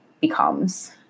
becomes